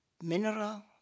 mineral